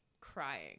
crying